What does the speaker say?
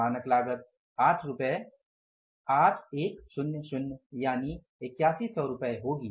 मानक लागत 8 रुपये 8100 होगी